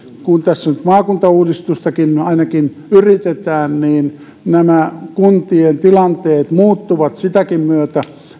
kun tässä nyt maakuntauudistustakin ainakin yritetään nämä kuntien tilanteet muuttuvat senkin myötä